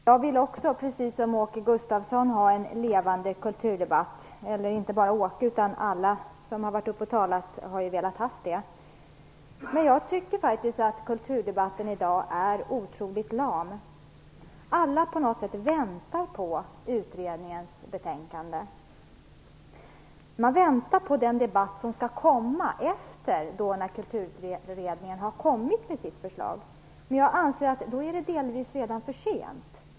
Herr talman! Jag vill, precis som Åke Gustavsson och andra som deltagit i debatten, ha en levande kulturdebatt. Men jag tycker faktiskt att kulturdebatten i dag är otroligt lam. Alla på något sätt väntar på utredningens betänkande. Man väntar på den debatt som skall komma efter det att Kulturutredningen har kommit med sitt förslag. Men jag anser att det då är delvis för sent.